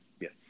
Yes